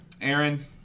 Aaron